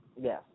Yes